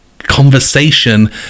conversation